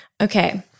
Okay